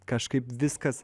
kažkaip viskas